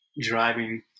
driving